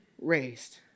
raised